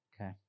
Okay